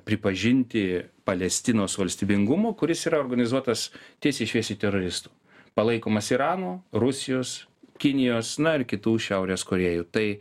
pripažinti palestinos valstybingumo kuris yra organizuotas tiesiai šviesiai teroristų palaikomas irano rusijos kinijos na ir kitų šiaurės korėjų tai